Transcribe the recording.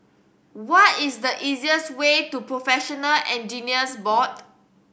what is the easiest way to Professional Engineers Board